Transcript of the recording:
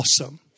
awesome